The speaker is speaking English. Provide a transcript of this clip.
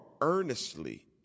earnestly